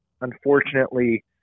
unfortunately